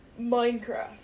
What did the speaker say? Minecraft